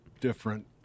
different